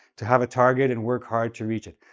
to have a target and work hard to reach it.